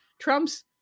Trump's